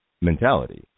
mentality